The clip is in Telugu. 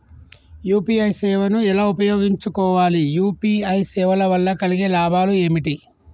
యూ.పీ.ఐ సేవను ఎలా ఉపయోగించు కోవాలి? యూ.పీ.ఐ సేవల వల్ల కలిగే లాభాలు ఏమిటి?